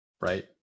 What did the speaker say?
right